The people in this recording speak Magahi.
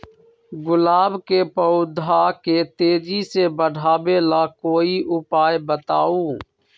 गुलाब के पौधा के तेजी से बढ़ावे ला कोई उपाये बताउ?